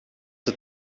het